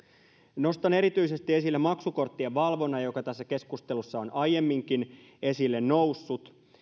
nostan erityisesti esille maksukorttien valvonnan joka tässä keskustelussa on aiemminkin esille noussut